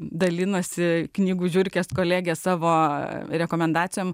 dalinosi knygų žiurkės kolegė savo rekomendacijom